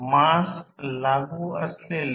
तर ते I2 I1 असेल